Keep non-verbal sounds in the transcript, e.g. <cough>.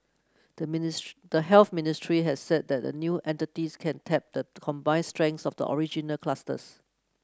the <unintelligible> the Health Ministry has said that the new entities can tap the combined strengths of the original clusters